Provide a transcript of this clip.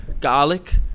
garlic